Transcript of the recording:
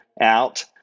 out